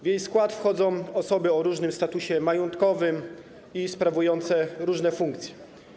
W jej skład wchodzą osoby o różnym statusie majątkowym i sprawujące różne funkcje.